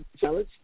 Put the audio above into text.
challenge